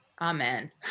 Amen